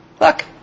look